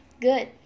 good